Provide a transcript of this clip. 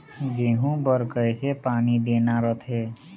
गेहूं बर कइसे पानी देना रथे?